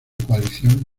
coalición